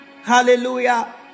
Hallelujah